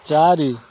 ଚାରି